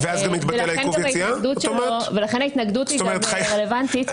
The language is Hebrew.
ולכן ההתנגדות היא רלוונטית.